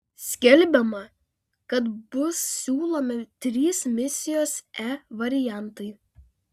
skelbiama kad bus siūlomi trys misijos e variantai